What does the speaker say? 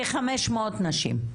מדובר על כחמש מאות נשים?